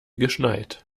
geschneit